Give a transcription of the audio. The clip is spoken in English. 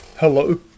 Hello